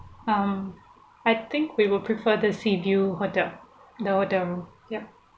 um I think we will prefer the sea view hotel the hotel room yup